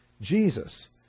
Jesus